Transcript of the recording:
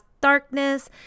darkness